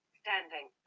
standing